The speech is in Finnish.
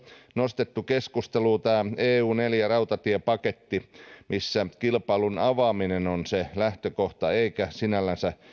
nostettu keskusteluun tämä eun neljäs rautatiepaketti missä kilpailun avaaminen on se lähtökohta eikä sinällänsä